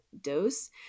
dose